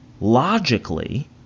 logically